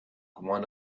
one